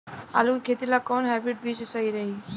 आलू के खेती ला कोवन हाइब्रिड बीज सही रही?